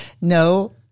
No